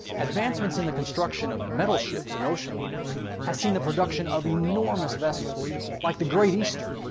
advancements in the construction of metal ships and ocean liners has seen the production of enormous vessels like the great eastern,